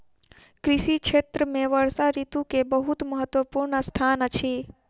कृषि क्षेत्र में वर्षा ऋतू के बहुत महत्वपूर्ण स्थान अछि